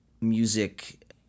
music